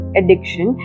addiction